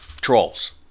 Trolls